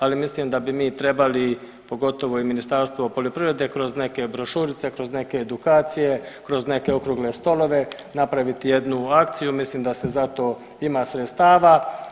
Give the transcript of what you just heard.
Ali, mislim da bi mi trebali, pogotovo i Ministarstvo poljoprivrede, kroz neke brošurice, kroz neke edukacije, kroz neke okrugle stolove, napraviti jednu akciju, mislim da se za to ima sredstava.